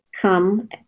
come